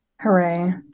Hooray